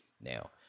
Now